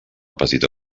petita